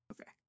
Okay